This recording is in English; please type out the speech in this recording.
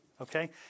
okay